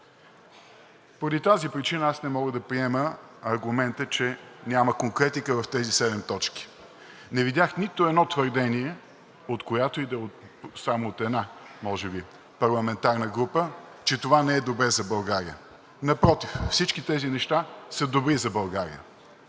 Поради тази причина аз не мога да приема аргумента, че няма конкретика в тези седем точки. Не видях нито едно твърдение, от която и да е, може би само от една парламентарна група, че това не е добре за България. Напротив, всички тези неща са добри за България.